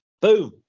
Boom